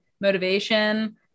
motivation